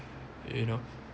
you know